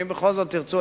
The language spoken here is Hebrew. ואם בכל זאת תרצו,